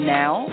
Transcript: now